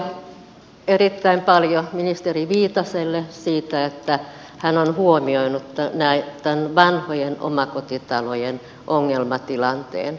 kiitoksia erittäin paljon ministeri viitaselle siitä että hän on huomioinut tämän vanhojen omakotitalojen ongelmatilanteen